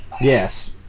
Yes